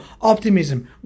optimism